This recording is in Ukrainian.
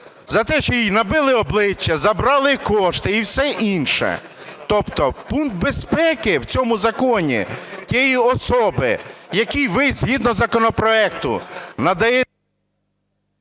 за те, що їй набили обличчя, забрали кошти і все інше? Тобто пункт безпеки в цьому законі тієї особи, якій ви, згідно законопроекту, надаєте…